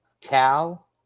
Cal